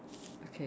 okay